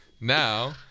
now